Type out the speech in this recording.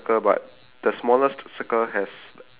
a small circle inside the small circle there's a